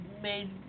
made